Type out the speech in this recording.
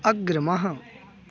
अग्रिमः